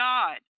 God